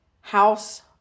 house